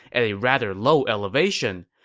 at a rather low elevation.